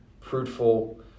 fruitful